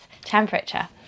temperature